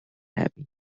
happy